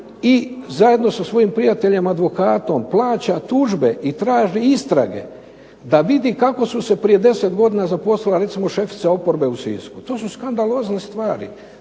i zajedno sa svojim prijateljem advokatom plaća tužbe i traži istrage da vidi kako su se prije 10 godina zaposlila recimo šefica oporbe u Sisku. To su skandalozne stvari,